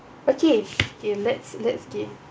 okay we let's let's skip